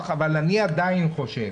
אבל אני עדיין חושב,